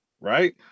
right